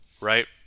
right